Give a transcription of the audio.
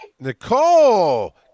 Nicole